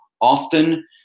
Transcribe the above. often